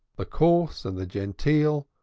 the coarse and the genteel,